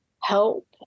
help